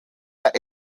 der